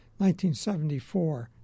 1974